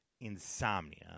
insomnia